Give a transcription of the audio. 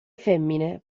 femmine